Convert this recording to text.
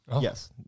Yes